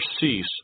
cease